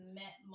met